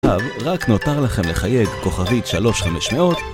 עכשיו רק נותר לכם לחייג כוכבית 3500